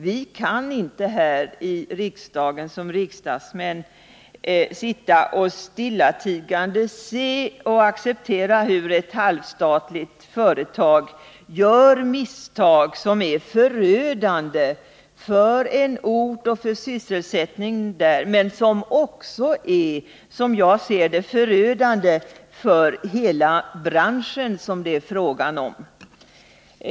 Vi kan inte som riksdagsmän stillatigande acceptera hur ett halvstatligt företag gör misstag som är förödande både för en ort och dess sysselsättning och, som jag ser det, för hela den bransch det är fråga om.